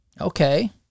Okay